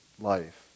life